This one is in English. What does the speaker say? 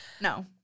no